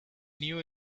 new